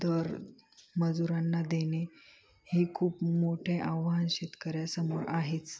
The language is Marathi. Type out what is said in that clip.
दर मजुरांना देणे हे खूप मोठे आव्हान शेतकऱ्यासमोर आहेच